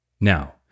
now